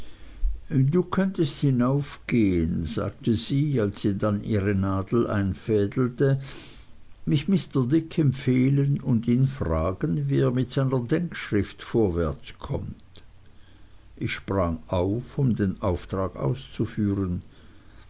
du könntest hinaufgehen sagte sie als sie dann ihre nadel einfädelte mich mr dick bestens empfehlen und ihn fragen wie er mit seiner denkschrift vorwärts kommt ich sprang auf um den auftrag auszuführen